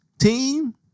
team